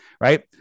right